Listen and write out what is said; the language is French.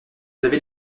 avez